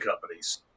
companies